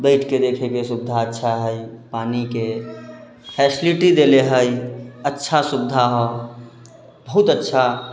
बैठके देखयके सुविधा अच्छा हइ पानिके फैसिलिटी देले हइ अच्छा सुविधा हइ बहुत अच्छा